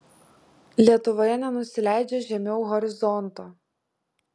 lietuvoje nenusileidžia žemiau horizonto